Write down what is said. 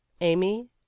Amy